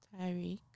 Tyreek